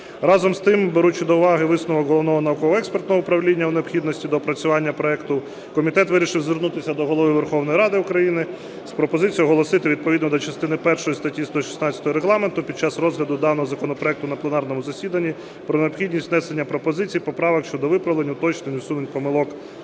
Разом з тим, беручи до уваги висновок Головного науково-експертного управління у необхідності доопрацювання проекту, комітет вирішив звернутися до Голови Верховної Ради України з пропозицією оголосити відповідно до частини першої статті 116 Регламенту під час розгляду даного законопроекту на пленарному засіданні про необхідність внесення пропозицій, поправок щодо виправлень, уточнень, усунення помилок